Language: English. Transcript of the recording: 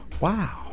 Wow